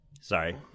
Sorry